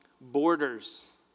borders